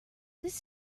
this